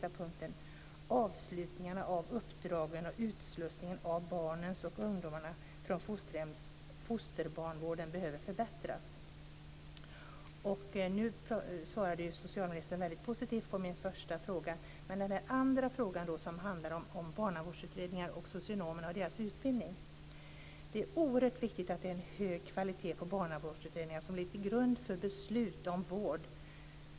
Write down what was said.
Avslutningarna av uppdragen och utslussningen av barnen och ungdomarna från fosterbarnsvården behöver förbättras. Socialministern svarade nu mycket positivt på min första fråga. Vad avser min andra fråga, som handlade om socionomernas utbildning vad gäller barnavårdsutredningar, är det oerhört viktigt att det är en hög kvalitet på barnavårdsutredningar som ligger till grund för beslut om vård.